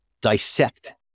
dissect